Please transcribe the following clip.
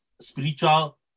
spiritual